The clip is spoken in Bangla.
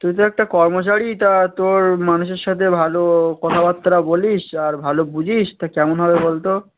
তুই তো একটা কর্মচারী তা তোর মানুষের সাথে ভালো কথা বার্তা বলিস আর ভালো বুঝিস তা কেমন হবে বলতো